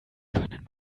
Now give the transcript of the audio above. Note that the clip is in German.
können